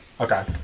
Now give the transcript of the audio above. Okay